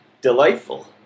delightful